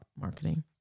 marketing